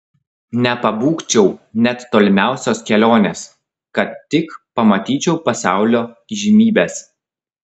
nepabūgčiau net tolimiausios kelionės kad tik pamatyčiau pasaulio įžymybes